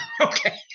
Okay